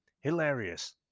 Hilarious